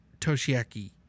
Toshiaki